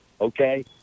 okay